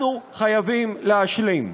אנחנו חייבים להשלים.